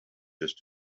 just